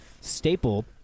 staple